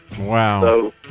Wow